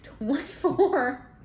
24